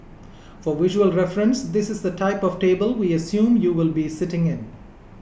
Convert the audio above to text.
for visual reference this is the type of table we assume you will be sitting in